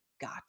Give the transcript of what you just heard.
got